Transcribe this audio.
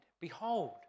Behold